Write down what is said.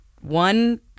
one